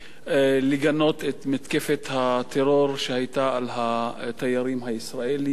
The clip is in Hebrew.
לגנות את מתקפת הטרור שהיתה על התיירים הישראלים,